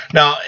Now